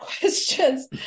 questions